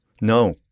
No